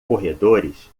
corredores